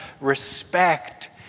respect